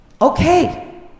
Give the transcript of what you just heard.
Okay